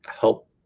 help